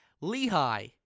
Lehigh